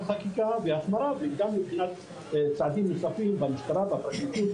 חקיקה והחמרה וגם מבחינת צעדים נוספים במשטרה ובפרקליטות,